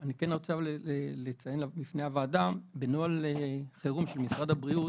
אני כן רוצה לציין בפני הוועדה שבנוהל חירום של משרד הבריאות,